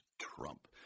Trump